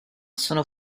sono